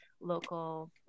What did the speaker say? local